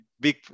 big